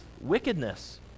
wickedness